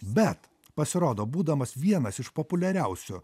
bet pasirodo būdamas vienas iš populiariausių